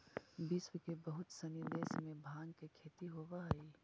विश्व के बहुत सनी देश में भाँग के खेती होवऽ हइ